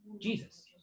Jesus